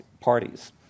parties